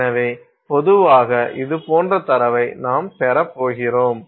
எனவே பொதுவாக இது போன்ற தரவை நாம் பெற போகிறோம்